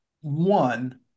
one